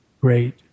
great